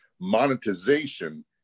Monetization